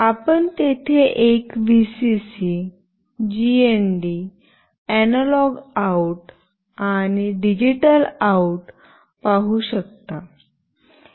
आपण तेथे एक व्हीसीसी जीएनडी अनालॉग आउट आणि डिजिटल आउट पाहू शकता